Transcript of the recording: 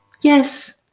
yes